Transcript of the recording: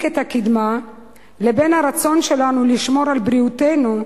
את הקדמה לבין הרצון שלנו לשמור על בריאותנו,